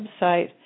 website